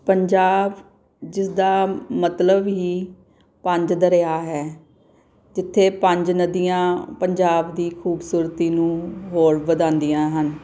ਪੰਜਾਬ ਜਿਸ ਦਾ ਮਤਲਬ ਹੀ ਪੰਜ ਦਰਿਆ ਹੈ ਜਿੱਥੇ ਪੰਜ ਨਦੀਆਂ ਪੰਜਾਬ ਦੀ ਖੂਬਸੂਰਤੀ ਨੂੰ ਹੋਰ ਵਧਾਉਂਦੀਆਂ ਹਨ